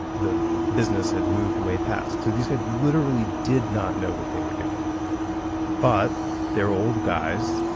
the business had moved way past to these guys literally did not know what they were doing but they're old guys.